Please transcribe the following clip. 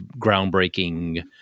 groundbreaking